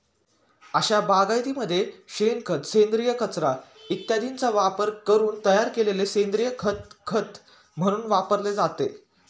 अशा बागायतीमध्ये शेणखत, सेंद्रिय कचरा इत्यादींचा वापरून तयार केलेले सेंद्रिय खत खत म्हणून वापरले जाते